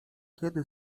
kiedy